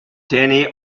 danny